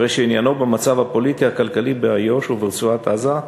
הרי שעניינו במצב הפוליטי הכלכלי באיו"ש וברצועת-עזה,